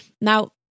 Now